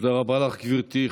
תודה רבה לך, גברתי.